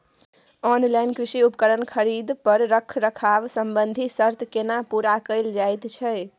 Online कृषि उपकरण खरीद पर रखरखाव संबंधी सर्त केना पूरा कैल जायत छै?